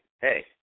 Hey